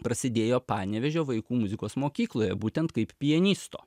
prasidėjo panevėžio vaikų muzikos mokykloje būtent kaip pianisto